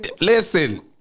Listen